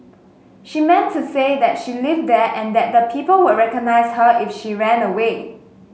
she meant to say that she lived there and that people would recognise her if she ran away